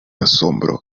asombro